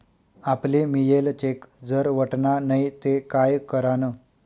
आपले मियेल चेक जर वटना नै ते काय करानं?